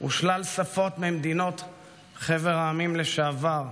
ושלל שפות ממדינות חבר העמים לשעבר.